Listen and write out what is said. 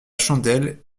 chandelle